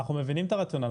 אנחנו מבינים את הרציונל.